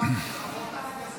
שאתם,